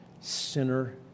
sinner